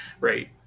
right